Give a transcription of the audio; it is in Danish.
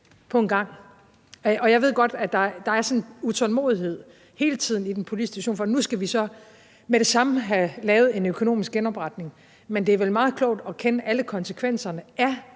på en gang, og jeg ved godt, at der hele tiden er sådan en utålmodighed i den politiske diskussion, for nu skal vi så med det samme have lavet en økonomisk genopretning, men det er vel meget klogt at kende alle konsekvenserne af